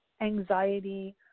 anxiety